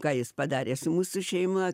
ką jis padarė su mūsų šeima